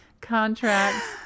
contracts